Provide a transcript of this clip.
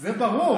זה ברור.